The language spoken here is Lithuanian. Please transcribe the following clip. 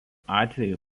atveju